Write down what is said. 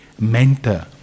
mentor